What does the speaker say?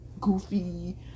goofy